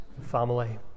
family